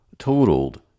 Totaled